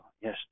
Yes